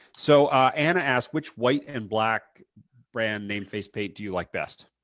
so ah anna asked which white and black brand name face paint do you like best?